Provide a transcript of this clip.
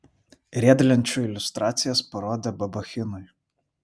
riedlenčių iliustracijas parodė babachinui